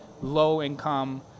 low-income